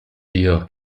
dio